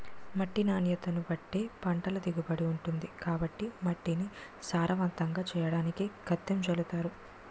మట్టి నాణ్యతను బట్టే పంటల దిగుబడి ఉంటుంది కాబట్టి మట్టిని సారవంతంగా చెయ్యడానికి గెత్తం జల్లుతారు